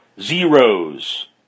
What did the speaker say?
Zeros